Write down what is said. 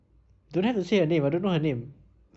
don't have to say her name I don't know her name